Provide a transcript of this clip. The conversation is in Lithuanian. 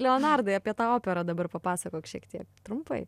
leonardai apie tą operą dabar papasakok šiek tiek trumpai